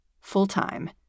full-time